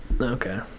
Okay